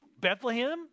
Bethlehem